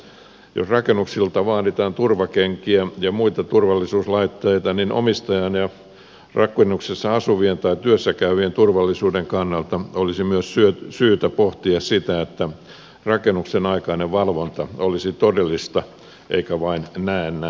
jos rakennuksilta vaaditaan turvakenkiä ja muita turvallisuuslaitteita niin omistajan ja rakennuksessa asuvien tai työssäkäyvien turvallisuuden kannalta olisi myös syytä pohtia sitä että rakennuksen aikainen valvonta olisi todellista eikä vain näennäistä